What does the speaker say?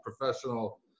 professional